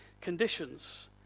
conditions